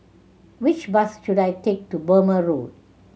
which bus should I take to Burmah Road